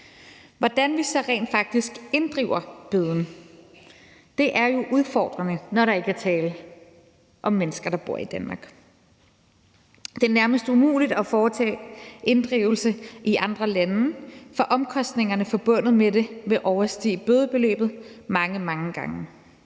Hvordan vi så rent faktisk inddriver bøden, er jo udfordrende, når der ikke er tale om mennesker, der bor i Danmark. Det er nærmest umuligt at foretage inddrivelse i andre lande, for omkostningerne forbundet med det vil overstige bødebeløbet mange, mange gange.